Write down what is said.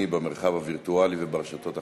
במרחב הווירטואלי וברשתות החברתיות.